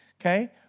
Okay